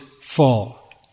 fall